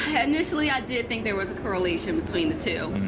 and initially, i did think there was a correlation between the two.